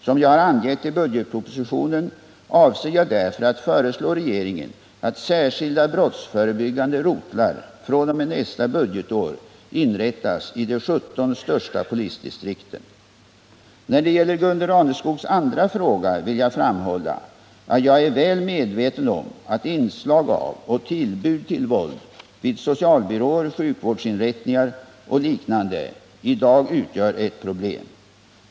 Som jag har angett i budgetpropositionen, avser jag därför att föreslå regeringen att särskilda brottsförebyggande rotlar fr.o.m. nästa budgetår inrättas i de 17 största polisdistrikten. När det gäller Gunde Raneskogs andra fråga vill jag framhålla att jag är väl medveten om att inslag av och tillbud till våld vid socialbyråer, sjukvårdsinrättningar och liknande i dag utgör ett problem.